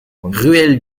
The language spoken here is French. ruelle